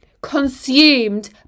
consumed